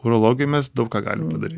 urologai mes daug ką galim padaryt